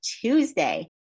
Tuesday